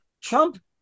Trump